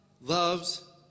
loves